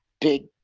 big